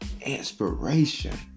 inspiration